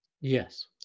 Yes